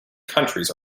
countries